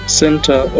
center